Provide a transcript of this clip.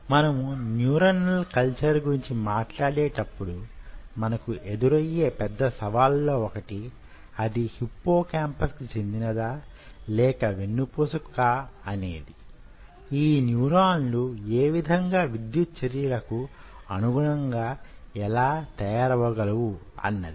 మనము neuronal culture గురించి మాట్లాడేటప్పుడు మనకు ఎదురయ్యే పెద్ద సవాళ్ళల్లో వొకటి అది హిప్పోకాంపక్ కు చెందినదా లేక వెన్నుపూస కా అనేది యీ న్యూరాన్లు యేవిధంగా విద్యుత్ చర్యలకు అనుగుణంగా ఎలా తయారవగలవు అన్నది